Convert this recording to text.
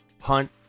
Hunt